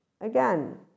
again